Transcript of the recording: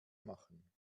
machen